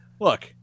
look